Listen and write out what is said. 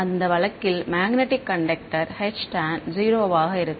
அந்த வழக்கில் magnetic conductor Htan 0 ஆக இருக்கும்